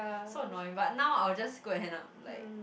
so annoying but now I'll just go and hand up like